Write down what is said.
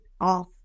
off